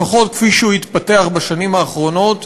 לפחות כפי שהוא התפתח בשנים האחרונות,